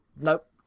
Nope